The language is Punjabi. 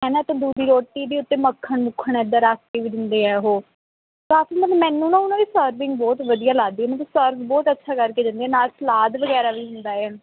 ਹੈ ਨਾ ਤੰਦੂਰੀ ਰੋਟੀ ਦੇ ਉੱਤੇ ਮੱਖਣ ਮੁੱਖਣ ਐਦਾਂ ਰੱਖ ਕੇ ਵੀ ਦਿੰਦੇ ਆ ਉਹ ਕਾਫੀ ਮਤਲਬ ਮੈਨੂੰ ਨਾ ਉਹਨਾਂ ਦੀ ਸਰਵਿੰਗ ਬਹੁਤ ਵਧੀਆ ਲੱਗਦੀ ਮਤਲਬ ਸਰਵ ਬਹੁਤ ਅੱਛਾ ਕਰਕੇ ਦਿੰਦੇ ਨਾਲ ਸਲਾਦ ਵਗੈਰਾ ਵੀ ਹੁੰਦਾ ਹੈ